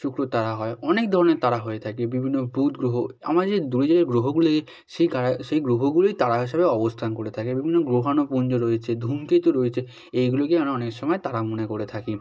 শুক্র তারা হয় অনেক ধরনের তারা হয়ে থাকে বিভিন্ন বুধ গ্রহ আমরা যে দূরে যে যে গ্রহগুলি সেই কারা সেই গ্রহগুলোই তারা হিসাবে অবস্থান করে থাকে বিভিন্ন গ্রহাণুপুঞ্জ রয়েছে ধূমকেতু রয়েছে এইগুলোকেই আমরা অনেক সময় তারা মনে করে থাকি